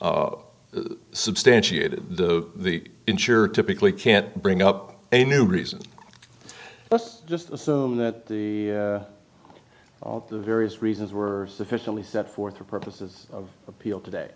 was substantiated to the insurer typically can't bring up a new reason let's just assume that all the various reasons were sufficiently set forth for purposes of appeal today